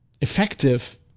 effective